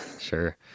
Sure